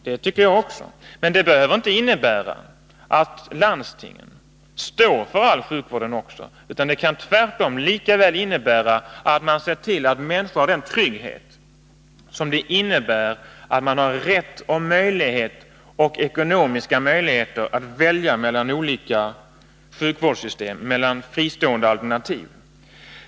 Det tycker jag också, men det behöver inte innebära att landstingen också står för all sjukvård, utan det kan lika väl innebära att man ser till att människor har den trygghet som det innebär att de har rätt och ekonomiska möjligheter att välja mellan olika fristående sjukvårdsalternativ.